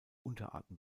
unterarten